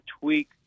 tweak